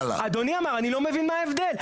אדוני אמר אני לא מבין מה ההבדל.